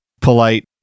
polite